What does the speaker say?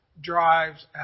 drives